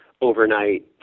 overnight